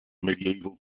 medieval